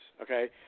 Okay